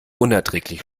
unerträglich